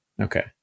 Okay